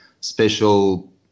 special